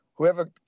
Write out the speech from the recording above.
Whoever